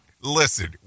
listen